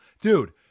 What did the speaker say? dude